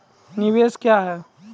निवेश क्या है?